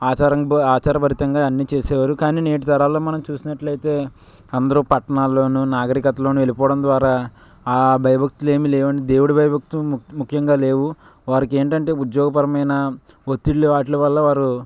ఆచారంగా ఆచారభరితంగా అన్నీ చేసేవారు కానీ నేటి తరాల్లో మనం చూసినట్లయితే అందరూ పట్నాల్లోనూ నాగరికతలోనూ వెళ్ళిపోవడం ద్వారా ఆ భయభక్తులు ఏమి లేవండి దేవుడి భయభక్తులు ముఖ్ ముఖ్యంగా లేవు వారికి ఏంటంటే ఉద్యోగపరమైన ఒత్తిళ్ళు వాటి వల్ల వారు